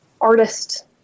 artist